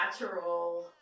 natural